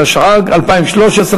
התשע"ג 2013,